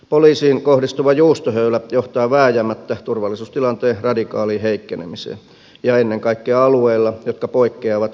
poliisiin kohdistuva juustohöylä johtaa vääjäämättä turvallisuustilanteen radikaaliin heikkenemiseen ja ennen kaikkea alueilla jotka poikkeavat keskiarvoluvuista